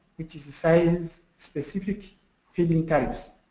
which is size specific feed in tariffs.